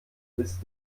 ist